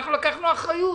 אנחנו לקחנו אחריות.